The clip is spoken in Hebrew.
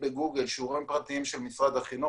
בגוגל שיעורים פרטיים של משרד החינוך,